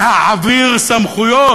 להעביר סמכויות?